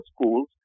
schools